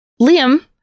Liam